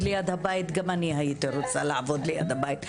ליד הבית גם אני הייתי רוצה לעבוד ליד הבית.